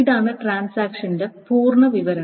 ഇതാണ് ട്രാൻസാക്ഷന്റെ പൂർണ്ണ വിവരണം